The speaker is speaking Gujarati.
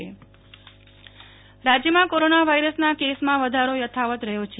નેહલ ઠક્કર રાજ્ય કોરોના રાજ્યમાં કોરોના વાયરસના કેસમાં વધારો યથાવત રહ્યો છે